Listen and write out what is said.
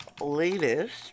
Latest